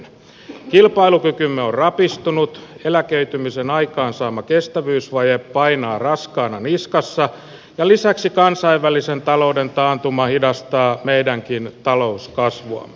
kilpailukykymme on rapistunut eläköitymisen aikaansaama kestävyysvaje painaa raskaana niskassa ja lisäksi kansainvälisen talouden taantuma hidastaa meidänkin talouskasvuamme